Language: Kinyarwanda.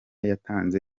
yatanze